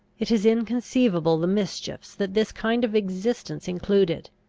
it is inconceivable the mischiefs that this kind of existence included.